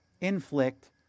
inflict